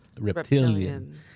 Reptilian